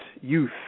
youth